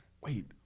wait